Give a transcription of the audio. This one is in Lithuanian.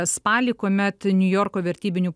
spalį kuomet niujorko vertybinių